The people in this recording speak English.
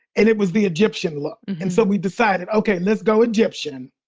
and it was the egyptian look. and so we decided, ok, let's go egyptian.